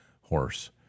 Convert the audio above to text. horse